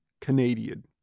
Canadian